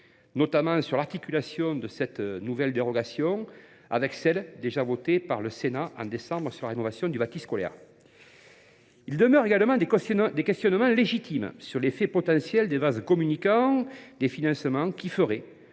notamment à l’articulation de cette nouvelle dérogation avec celle qui a déjà été votée par le Sénat en décembre dernier s’agissant de la rénovation du bâti scolaire. Il demeure également des questionnements légitimes sur l’effet potentiel de vases communicants des financements, qui ferait